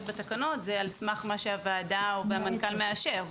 בתקנות זה על סמך מה שהוועדה או המנכ"ל מאשר.